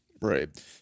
Right